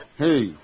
hey